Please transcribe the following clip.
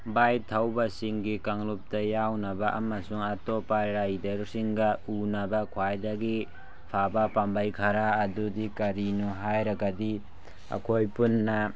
ꯕꯥꯏꯠ ꯊꯧꯕꯁꯤꯡꯒꯤ ꯀꯥꯡꯂꯨꯞꯇ ꯌꯥꯎꯅꯕ ꯑꯃꯁꯨꯡ ꯑꯇꯣꯞꯄ ꯔꯥꯏꯗꯔꯁꯤꯡꯒ ꯎꯅꯕ ꯈ꯭ꯋꯥꯏꯗꯒꯤ ꯐꯕ ꯄꯥꯝꯕꯩ ꯈꯔ ꯑꯗꯨꯗꯤ ꯀꯔꯤꯅꯣ ꯍꯥꯏꯔꯒꯗꯤ ꯑꯩꯈꯣꯏ ꯄꯨꯟꯅ